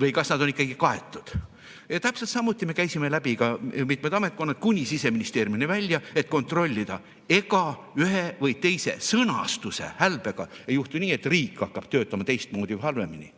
või kas nad on ikka kaetud. Täpselt samuti me käisime läbi mitmed ametkonnad, kuni Siseministeeriumini välja, et kontrollida, ega ühe või teise sõnastuse hälbega ei juhtu nii, et riik hakkab töötama teistmoodi või halvemini.